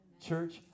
Church